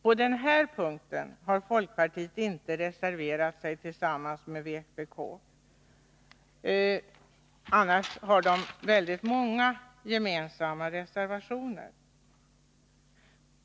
På den här punkten har folkpartiet inte reserverat sig tillsammans med vpk — annars har de väldigt många gemensamma reservationer.